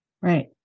Right